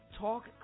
Talk